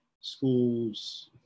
schools